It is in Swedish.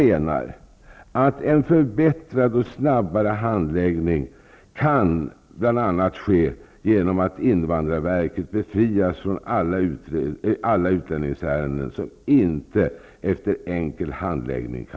En förbättrad och snabbare hantering kan ske bl.a. genom att invandrarverket befrias från alla utlänningsärenden som inte kan prövas efter enkel handläggning.